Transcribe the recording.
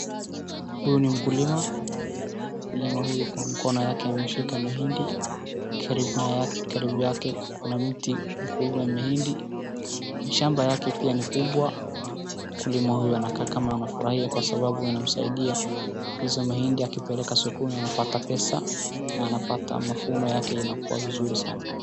Huyu ni mkulima mkulima huyu kwa mkono wake ameshika mahindi karibu yake kuna mti mkubwa ya mahindi. Hii shamba yake pia ni kubwa mkulima huyu anakaa ni kama anafurahia kwa sababu anamsaidia. Hizo mahindi akipeleka sokoni anapata pesa na anapata mavuno yake.